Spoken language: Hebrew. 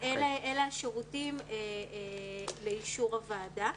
אלה השירותים לאישור הוועדה.